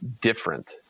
different